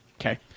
okay